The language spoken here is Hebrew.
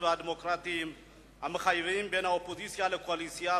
והדמוקרטיים המחייבים בין האופוזיציה לקואליציה,